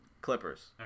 Clippers